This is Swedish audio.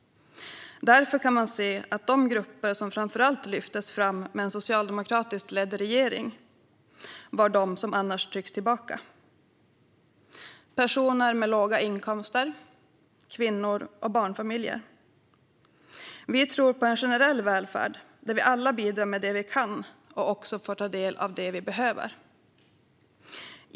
Därför kan man se att de grupper som framför allt lyftes fram med en socialdemokratiskt ledd regering var de som annars trycks tillbaka: personer med låga inkomster, kvinnor och barnfamiljer. Vi tror på en generell välfärd där vi alla bidrar med det vi kan och även får ta del av det vi behöver.